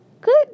good